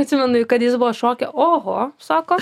atsimenu kad jis buvo šoke oho sako